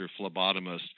phlebotomist